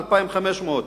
2,500,